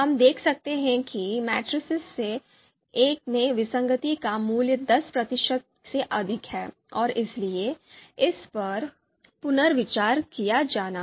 हम देख सकते हैं कि मेट्रिसेस में से एक में विसंगति का मूल्य दस प्रतिशत से अधिक है और इसलिए इस पर पुनर्विचार किया जाना है